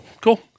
Cool